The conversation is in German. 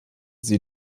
sie